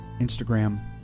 Instagram